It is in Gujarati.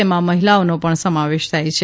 તેમાં મહિલાઓનો પણ સમાવેશ થાય છે